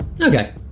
Okay